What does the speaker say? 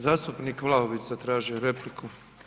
Zastupnik Vlaović zatražio je repliku.